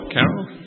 Carol